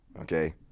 okay